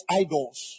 idols